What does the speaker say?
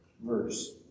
verse